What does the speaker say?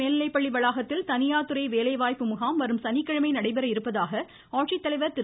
மேல்நிலைப்பள்ளி வளாகத்தில் தனியார்துறை வேலைவாய்ப்பு முகாம் வரும் சனிக்கிழமை நடைபெற இருப்பதாக ஆட்சித் தலைவர் திரு